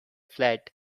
flat